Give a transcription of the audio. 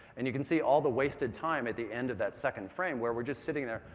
and you can see all the wasted time at the end of that second frame where we're just sitting there,